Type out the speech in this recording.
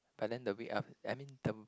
but then the week aft~ I mean term